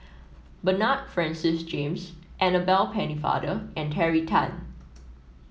Bernard Francis James Annabel Pennefather and Terry Tan